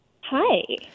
Hi